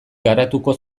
garatuko